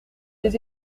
les